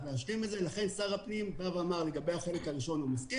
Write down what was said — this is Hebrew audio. להשלים את זה: לכן שר הפנים בא ואמר שלגבי החלק הראשון הוא מסכים